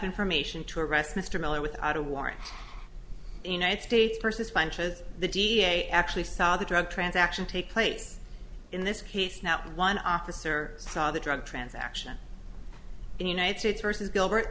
information to arrest mr miller without a warrant united states versus financial the da actually saw the drug transaction take place in this case not one officer saw the drug transaction in united states versus gilbert